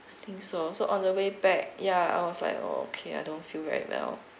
I think so so on the way back ya I was like okay I don't feel very well